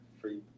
Free